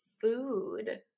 food